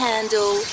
Handle